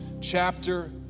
chapter